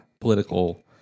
political